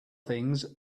things